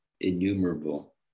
innumerable